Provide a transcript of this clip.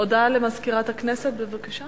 הודעה למזכירת הכנסת, בבקשה.